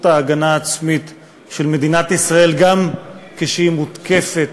ההגנה העצמית של מדינת ישראל גם כשהיא מותקפת